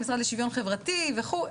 המשרד לשוויון חברתי וכולי,